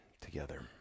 together